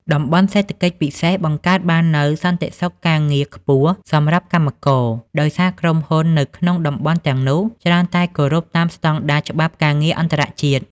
តំបន់សេដ្ឋកិច្ចពិសេស បង្កើតបាននូវ "សន្តិសុខការងារ" ខ្ពស់សម្រាប់កម្មករ ដោយសារក្រុមហ៊ុននៅក្នុងតំបន់ទាំងនោះច្រើនតែគោរពតាមស្ដង់ដារច្បាប់ការងារអន្តរជាតិ។